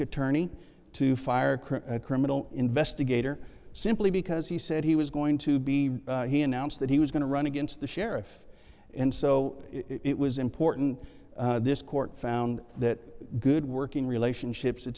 attorney to fire a criminal investigator simply because he said he was going to be he announced that he was going to run against the sheriff and so it was important this court found that good working relationships it's